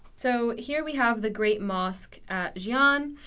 so here we have the great mosque at xian,